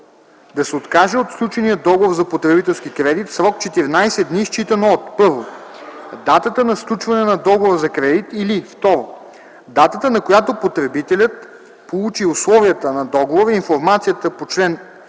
да се откаже от сключения договор за потребителски кредит в срок 14 дни, считано от: 1. датата на сключване на договора за кредит, или 2. датата, на която потребителят получи условията на договора и информацията по чл.